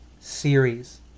series